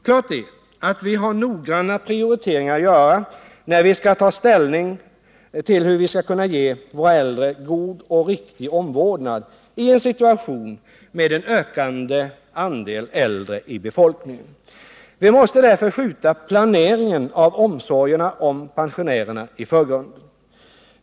Klart är att vi har noggranna prioriteringar att göra när vi skall ta ställning till hur vi skall kunna ge våra äldre god och riktig omvårdnad i en situation med en ökande andel äldre i befolkningen. Vi måste därför skjuta planeringen av omsorgerna om pensionärerna i förgrunden.